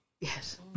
Yes